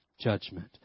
judgment